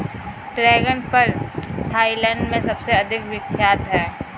dragon फल Thailand में सबसे अधिक विख्यात है